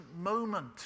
moment